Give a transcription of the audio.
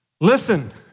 Listen